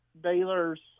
Baylor's